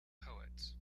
poets